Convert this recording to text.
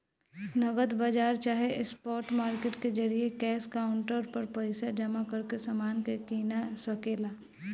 नगद बाजार चाहे स्पॉट मार्केट के जरिये कैश काउंटर पर पइसा जमा करके समान के कीना सके ला